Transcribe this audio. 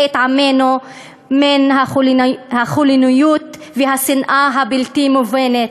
את עמנו מן החולניות והשנאה הבלתי-מובנת.